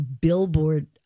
billboard